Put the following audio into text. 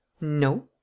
No